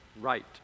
right